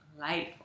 life